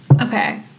Okay